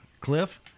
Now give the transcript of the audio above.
Cliff